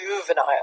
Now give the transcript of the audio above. juvenile